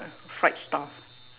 fried stuff